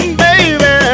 baby